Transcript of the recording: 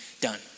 done